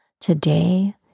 Today